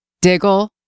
Diggle